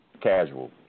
casual